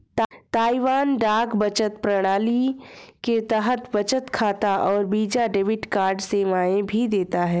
Taiwan डाक बचत प्रणाली के तहत बचत खाता और वीजा डेबिट कार्ड सेवाएं भी देता है